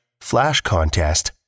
FlashContest